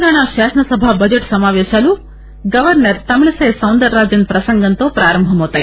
తెలంగాణ శాసనసభ బడ్షెట్ సమాపేశాలు governor Tamilisai Soundararajan ప్రసంగంతో రేపు ప్రారంభమవుతాయి